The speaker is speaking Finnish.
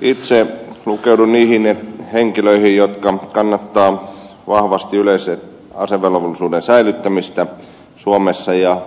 itse lukeudun niihin henkilöihin jotka kannattavat vahvasti yleisen asevelvollisuuden säilyttämistä suomessa ja